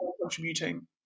contributing